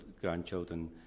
grandchildren